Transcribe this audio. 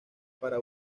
para